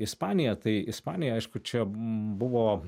ispaniją tai ispanija aišku čia buvo